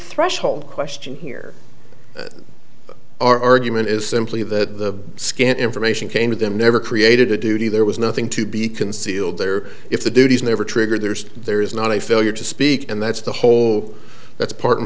threshold question here our argument is simply that the scant information came to them never created a duty there was nothing to be concealed there if the duties never triggered there's there is not a failure to speak and that's the whole that's part and